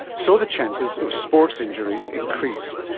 so the chances of sports injuries increase,